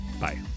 Bye